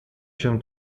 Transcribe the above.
się